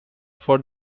for